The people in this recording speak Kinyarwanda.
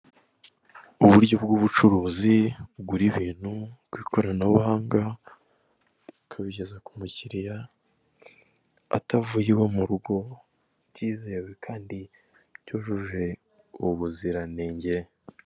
Uburyo bw'ubucuruzi bugura ibintu ku ikoranabuhanga bukabugeza ku mukiliya atavuye iwe mu rugo, bwizewe kandi bwujuje ubuziranenge.